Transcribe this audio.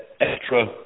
extra-